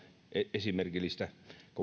esimerkillistä